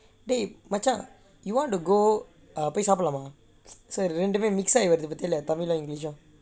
dey மச்சான்:machaan you wanna go சரி இரண்டுமே:sari irandumae mix ஆகிது:aagithu so tamil and english lor